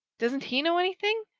doesn't he know anything?